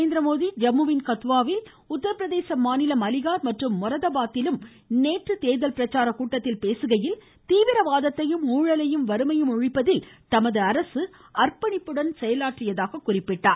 நரேந்திரமோடி ஜம்முவின் கத்துவாவிலும் உத்திரப்பிரதேச மாநில் அலிகார் மற்றும் மொராதாபாத்திலும் நேற்று தேர்தல் பிரச்சார கூட்டத்தில் பேசுகையில் தீவிரவாதத்தையும் ஊழலையும் வறுமையையும் ஒழிப்பதில் தமது அரசு அர்ப்பணிப்புடன் ஈடுபட்டதாக குறிப்பிட்டார்